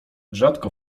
rzadko